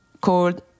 called